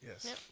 Yes